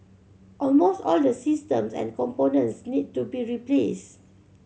almost all the systems and components need to be replaced